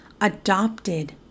adopted